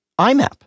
imap